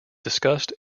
discussed